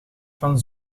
van